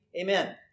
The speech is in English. amen